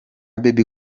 bebe